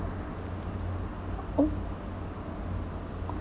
oh